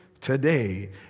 today